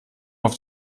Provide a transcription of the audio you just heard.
auf